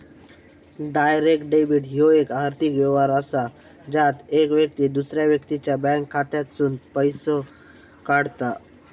direct debit ह्यो येक आर्थिक व्यवहार असा ज्यात येक व्यक्ती दुसऱ्या व्यक्तीच्या बँक खात्यातसूनन पैसो काढता